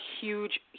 huge